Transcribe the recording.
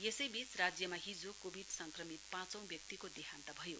यसैबीच राज्यका हिजो कोविड संक्रमित पाँचौं व्यक्तिको देहान्त भयो